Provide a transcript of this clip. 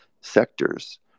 sectors